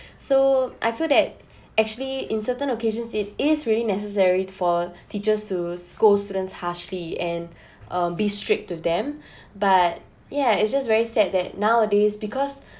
so I feel that actually in certain occasions it is really necessary for teachers to scold students harshly and um be strict with them but yeah it's just very sad that nowadays because